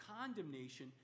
condemnation